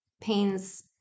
pain's